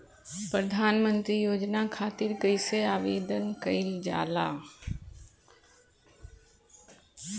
प्रधानमंत्री योजना खातिर कइसे आवेदन कइल जाला?